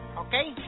okay